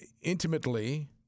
intimately